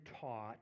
taught